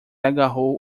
agarrou